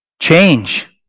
Change